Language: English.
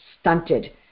stunted